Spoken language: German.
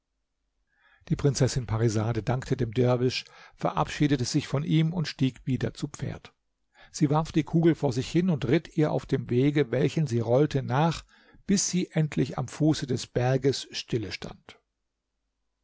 die prinzessin parisade dankte dem derwisch verabschiedete sich von ihm und stieg wieder zu pferd sie warf die kugel vor sich hin und ritt ihr auf dem wege welchen sie rollte nach bis sie endlich am fuße des berges stille stand